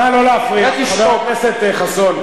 נא לא להפריע, חבר הכנסת חסון.